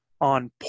on